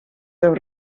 del